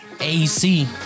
AC